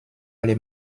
alle